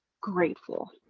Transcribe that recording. grateful